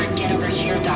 get over here,